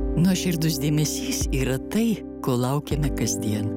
nuoširdus dėmesys yra tai ko laukiame kasdien